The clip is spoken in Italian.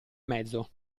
mezzo